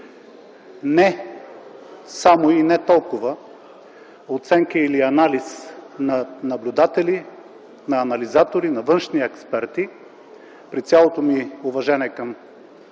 Не само и не толкова оценка или анализ на наблюдатели, на анализатори, на външни експерти – при цялото ми уважение към